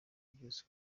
byose